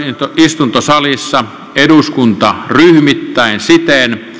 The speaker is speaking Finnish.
istuvat täysistuntosalissa eduskuntaryhmittäin siten